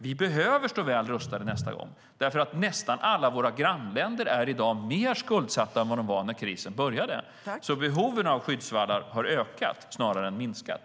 Vi behöver stå väl rustade nästa gång, för nästan alla våra grannländer är i dag mer skuldsatta än vad de var när krisen började. Behoven av skyddsvallar har ökat snarare än minskat.